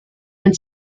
and